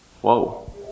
Whoa